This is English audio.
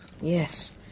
Yes